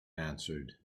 answered